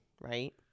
right